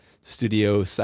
studio